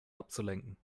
abzulenken